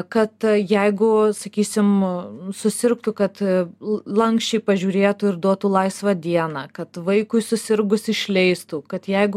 kad jeigu sakysim susirgtų kad lanksčiai pažiūrėtų ir duotų laisvą dieną kad vaikui susirgus išleistų kad jeigu